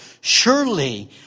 Surely